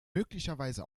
möglicherweise